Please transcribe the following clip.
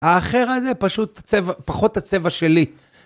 האחר הזה פשוט צבע, פחות הצבע שלי.